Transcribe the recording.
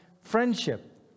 friendship